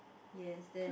yes then